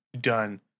done